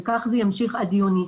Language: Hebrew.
וכך זה ימשיך עד יוני.